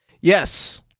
Yes